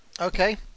Okay